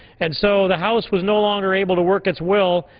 and so the house was no longer able to work its will,